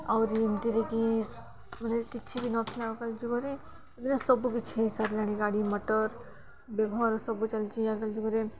ଆହୁରି ଏମିତିରେ କିି ମାନେ କିଛି ବି ନଥିଲା ଆଗକାଳ ଯୁଗରେ ଏବେ ସବୁକିଛି ହେଇସାରିଲାଣି ଗାଡ଼ି ମଟର ବ୍ୟବହାର ସବୁ ଚାଲିଛି ଆଜିକାଲି ଯୁଗରେ